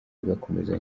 bigakomeza